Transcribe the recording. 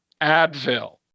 Advil